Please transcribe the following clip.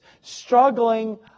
struggling